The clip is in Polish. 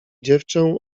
dziewczę